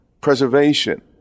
preservation